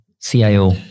CIO